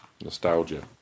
nostalgia